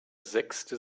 sechste